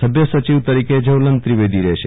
સભ્ય સચિવ તરીકે જવલંત ત્રિવેદો રહેશ